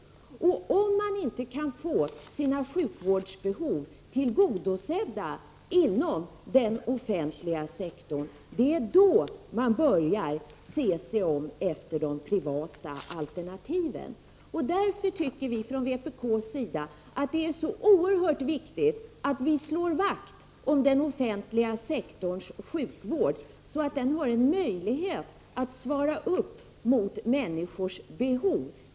Det är först då man inte kan få sina sjukvårdsbehov tillgodosedda inom den offentliga sektorn som man börjar se sig om efter de privata alternativen. Därför tycker vi från vpk:s sida att det är oerhört viktigt att slå vakt om den offentliga sektorns sjukvård, så att den har en möjlighet att svara upp mot människors behov.